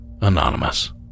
Anonymous